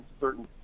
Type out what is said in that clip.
certain